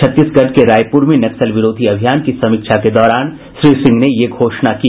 छत्तीसगढ़ के रायपुर में नक्सल विरोधी अभियान की समीक्षा के दौरान श्री सिंह ने ये घोषणा की